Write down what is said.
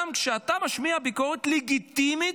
גם כשאתה משמיע ביקורת לגיטימית,